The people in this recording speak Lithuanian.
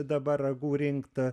dabar ragų rinkt